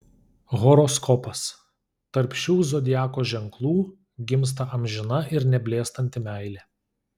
horoskopas tarp šių zodiako ženklų gimsta amžina ir neblėstanti meilė